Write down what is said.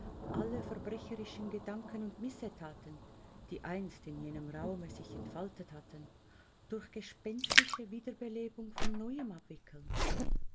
alle verbrecherischen gedanken und missetaten die einst in jenem raume sich entfaltet hatten durch gespenstische wiederbelebung von neuem abwickeln